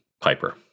Piper